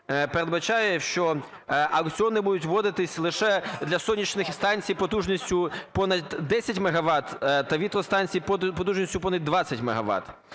передбачає, що аукціони будуть вводитись лише для сонячних станцій потужністю понад 10 МВт та вітростанції потужністю понад 20 МВт.